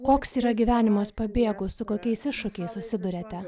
koks yra gyvenimas pabėgus su kokiais iššūkiais susiduriate